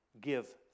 give